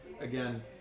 again